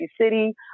City